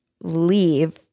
leave